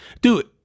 Dude